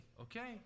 okay